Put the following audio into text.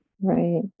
Right